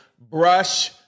Brush